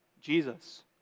Jesus